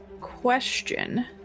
Question